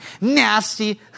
nasty